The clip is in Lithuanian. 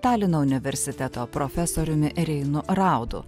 talino universiteto profesoriumi reinu raudu